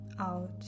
out